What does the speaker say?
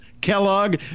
Kellogg